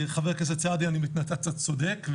חבר הכנסת סעדי, אתה צודק.